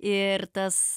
ir tas